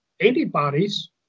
antibodies